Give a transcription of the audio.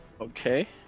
Okay